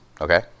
Okay